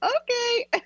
Okay